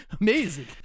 Amazing